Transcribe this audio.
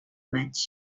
maig